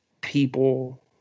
people